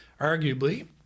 arguably